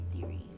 theories